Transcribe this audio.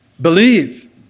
Believe